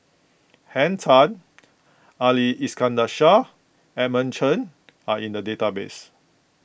Henn Tan Ali Iskandar Shah Edmund Chen are in the database